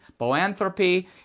Boanthropy